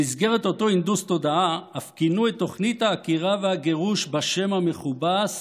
במסגרת אותו הנדוס תודעה אף כינו את תוכנית העקירה והגירוש בשם המכובס